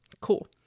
Cool